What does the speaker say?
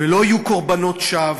ולא יהיו קורבנות שווא